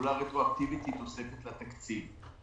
שתחולה רטרואקטיבית היא תוספת לתקציב.